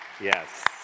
yes